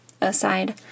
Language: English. aside